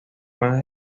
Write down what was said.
más